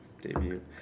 debut